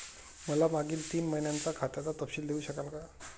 मला मागील तीन महिन्यांचा खात्याचा तपशील देऊ शकाल का?